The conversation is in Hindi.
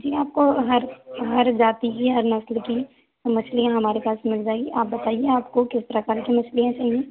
जी आपको हर हर जाती की हर नस्ल की मछलियाँ हमारे पास मिल जाएंगी आप बताइये आपको किस प्रकार की मछलियाँ चाहिए